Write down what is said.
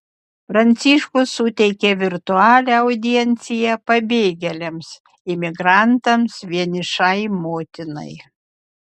pranciškus suteikė virtualią audienciją pabėgėliams imigrantams vienišai motinai